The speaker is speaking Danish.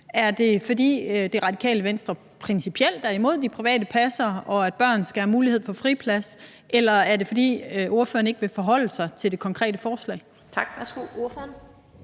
er, fordi Radikale Venstre principielt er imod de private passere og imod, at børn skal have mulighed for friplads, eller er det, fordi ordføreren ikke vil forholde sig til det konkrete forslag?